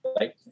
Right